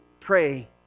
pray